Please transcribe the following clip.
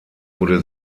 wurde